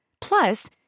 plus